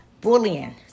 bullying